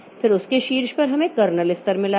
फिर उसके शीर्ष पर हमें कर्नेल स्तर मिला है